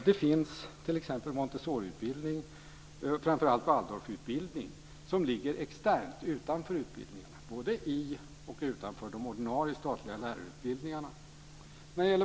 Det finns också Montessoriutbildning, framför allt Waldorfutbildning, som ligger utanför utbildningen, både i och utanför de ordinarie statliga lärarutbildningarna.